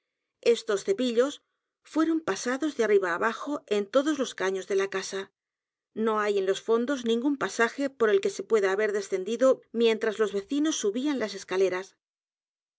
estos cepillos fueron pasados de arriba á bajo en todos los caños de la casa no hay en los fondos ningún pasaje por el que se pueda haber descendido mientras los vecinos subían las escaleras